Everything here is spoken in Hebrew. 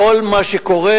כל מה שקורה,